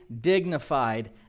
dignified